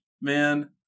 man